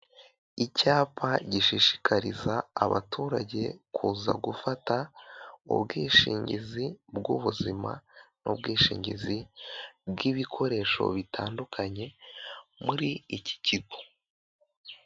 Icyapa gishishikariza abaturage kuza gufata ubwishingizi bw'ubuzima n'ubwishingizi bw'ibikoresho bitandukanye muri iki kigo.